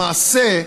למעשה,